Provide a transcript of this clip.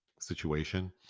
situation